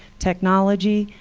technology,